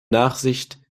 nachsicht